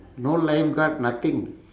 no lifeguard nothing